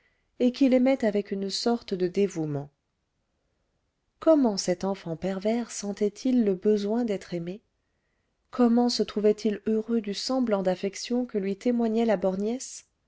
et qu'il aimait avec une sorte de dévouement comment cet enfant pervers sentait-il le besoin d'être aimé comment se trouvait-il heureux du semblant d'affection que lui témoignait la